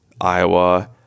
Iowa